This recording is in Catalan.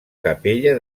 capella